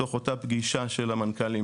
מתוך אותה פגישה של המנכ"לים